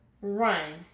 run